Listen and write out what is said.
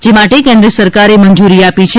જે માટે કેન્દ્ર સરકારે મંજુરી આપી છે